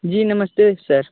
जी नमस्ते सर